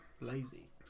Lazy